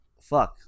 fuck